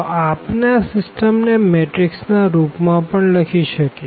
તો આપણે આ સીસ્ટમ ને મેટ્રીક્સ ના રૂપ માં પણ લખી શકીએ